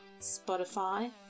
Spotify